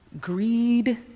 greed